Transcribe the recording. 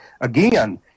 again